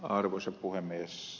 arvoisa puhemies